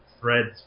threads